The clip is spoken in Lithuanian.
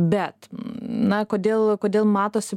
bet na kodėl kodėl matosi